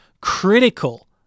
critical